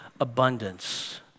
abundance